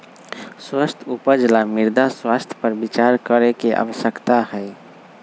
स्वस्थ उपज ला मृदा स्वास्थ्य पर विचार करे के आवश्यकता हई